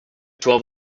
twelve